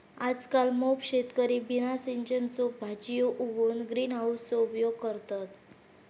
आजकल मोप शेतकरी बिना सिझनच्यो भाजीयो उगवूक ग्रीन हाउसचो उपयोग करतत